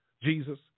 Jesus